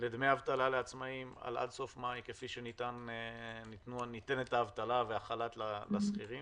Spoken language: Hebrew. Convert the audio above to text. לדמי אבטלה לעצמאיים עד סוף מאי כפי שניתנת האבטלה והחל"ת לשכירים.